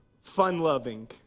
fun-loving